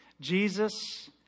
Jesus